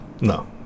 no